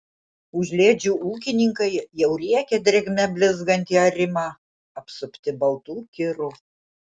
užliedžių ūkininkai jau riekia drėgme blizgantį arimą apsupti baltų kirų